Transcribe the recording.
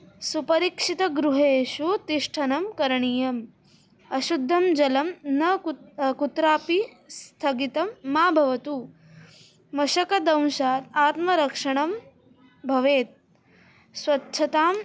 सुपरीक्षितगृहेषु तिष्ठनं करणीयम् अशुद्धं जलं न कु कुत्रापि स्थगितं मा भवतु मशकदंशात् आत्मरक्षणं भवेत् स्वच्छतां